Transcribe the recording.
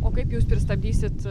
o kaip jūs pristatysit